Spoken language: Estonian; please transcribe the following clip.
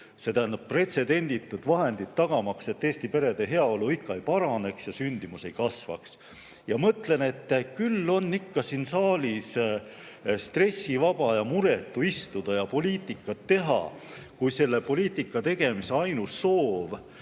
see tähendab pretsedenditut vahendit, tagamaks, et Eesti perede heaolu ikka ei paraneks ja sündimus ei kasvaks. Ma mõtlen, et küll on ikka siin saalis stressivaba ja muretu istuda ja poliitikat teha, kui selle poliitika tegemise ainus soov